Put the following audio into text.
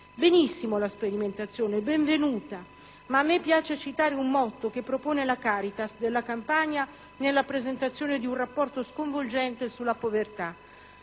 Benissimo la sperimentazione, benvenuta, ma a me piace citare un motto che propone la Caritas della Campania nella presentazione di un rapporto sconvolgente sulla povertà: